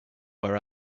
where